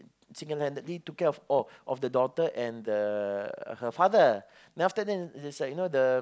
single-handedly took care oh of of the daughter and the her father then after that then then's like you know the